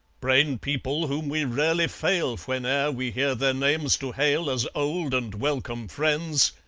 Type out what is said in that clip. brain-people whom we rarely fail, whene'er we hear their names, to hail as old and welcome friends